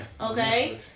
Okay